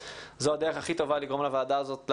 זו הדרך הכי טובה לגרום לוועדה הזאת לעבוד.